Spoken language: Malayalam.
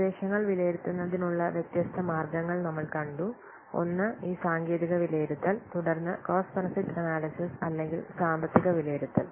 നിർദ്ദേശങ്ങൾ വിലയിരുത്തുന്നതിനുള്ള വ്യത്യസ്ത മാർഗ്ഗങ്ങൾ നമ്മൾ കണ്ടു ഒന്ന് ഈ സാങ്കേതിക വിലയിരുത്തൽ തുടർന്ന് കോസ്റ്റ് ബെനിഫിറ്റ് അനാല്യ്സിസിസ് അല്ലെങ്കിൽ സാമ്പത്തിക വിലയിരുത്തൽ